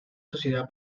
sociedad